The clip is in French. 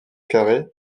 carey